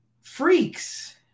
freaks